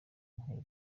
inteko